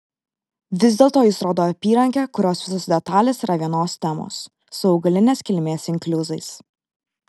vis dėlto jis rodo apyrankę kurios visos detalės yra vienos temos su augalinės kilmės inkliuzais